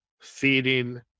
feeding